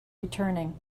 returning